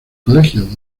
colegio